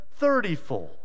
thirtyfold